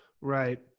Right